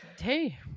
Hey